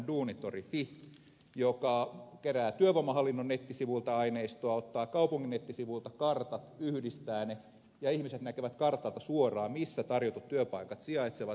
fi joka kerää työvoimahallinnon nettisivuilta aineistoa ottaa kaupungin nettisivuilta kartat yhdistää ne ja ihmiset näkevät kartalta suoraan missä tarjotut työpaikat sijaitsevat